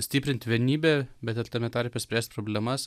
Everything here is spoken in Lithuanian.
stiprint vienybę bet ir tame tarpe spręst problemas